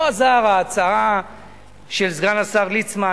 לא עזרה ההצעה של סגן השר ליצמן,